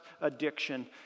addiction